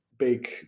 Big